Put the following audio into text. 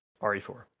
RE4